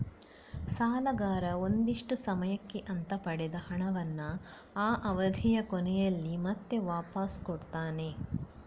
ಸಾಲಗಾರ ಒಂದಿಷ್ಟು ಸಮಯಕ್ಕೆ ಅಂತ ಪಡೆದ ಹಣವನ್ನ ಆ ಅವಧಿಯ ಕೊನೆಯಲ್ಲಿ ಮತ್ತೆ ವಾಪಾಸ್ ಕೊಡ್ತಾನೆ